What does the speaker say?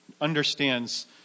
understands